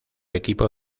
equipo